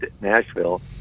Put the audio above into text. Nashville